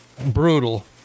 brutal